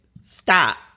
stop